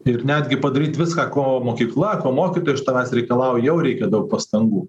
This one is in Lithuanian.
ir netgi padaryt viską ko mokykla ko mokytojai iš tavęs reikalauja jau reikia daug pastangų